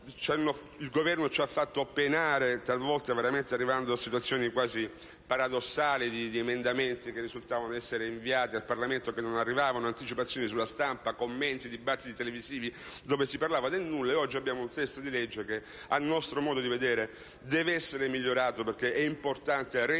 il Governo ci ha fatto penare, arrivando talvolta a situazioni quasi paradossali, con emendamenti che risultavano inviati al Parlamento ma che non arrivavano, con anticipazioni sulla stampa, commenti e dibattiti televisivi in cui si parlava del nulla. Ed oggi abbiamo un testo che - a nostro modo di vedere - deve essere migliorato, perché è importante reintrodurre